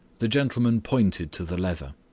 the gentleman pointed to the leather.